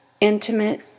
intimate